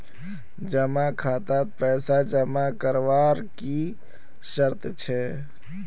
जमा खातात पैसा जमा करवार की शर्त छे?